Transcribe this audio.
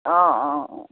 অঁ অঁ অঁ